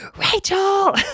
Rachel